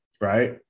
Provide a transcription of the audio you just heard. right